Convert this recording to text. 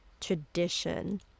tradition